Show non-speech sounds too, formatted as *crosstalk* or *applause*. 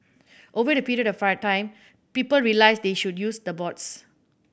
over a period of *unintelligible* time people realise they should use the boards